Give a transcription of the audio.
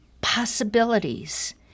possibilities